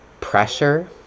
pressure